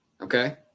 okay